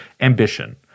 ambition